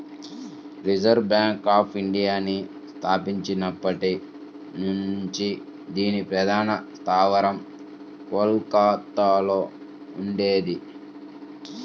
reserve bank of ఇండియాని స్థాపించబడినప్పటి నుంచి దీని ప్రధాన స్థావరం కోల్కతలో ఉండేది